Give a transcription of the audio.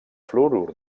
fluorur